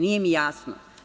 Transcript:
Nije mi jasno.